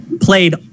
played